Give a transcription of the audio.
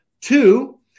Two